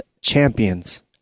champions